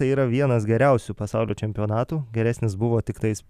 tai yra vienas geriausių pasaulio čempionatų geresnis buvo tiktais